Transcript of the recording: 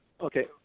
Okay